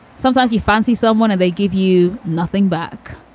sometimes you fancy someone and they give you nothing back.